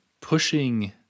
pushing